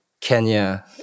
Kenya